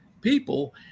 people